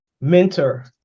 mentor